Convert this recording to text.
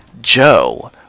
Joe